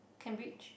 Cambridge